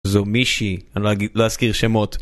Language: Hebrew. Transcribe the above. זו מישהי, אני לא אזכיר שמות